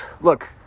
look